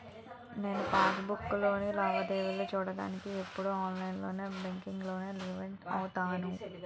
నేను పాస్ బుక్కులో లావాదేవీలు చూడ్డానికి ఎప్పుడూ ఆన్లైన్ బాంకింక్ లోకే లాగిన్ అవుతాను